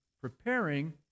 preparing